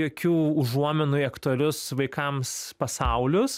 jokių užuominų į aktualius vaikams pasaulius